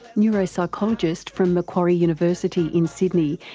neuropsychologist from macquarie university in sydney,